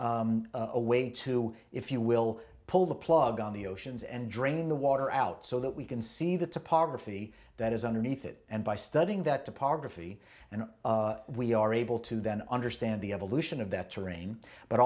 gives us a way to if you will pull the plug on the oceans and drain the water out so that we can see the topography that is underneath it and by studying that topography and we are able to then understand the evolution of that terrain but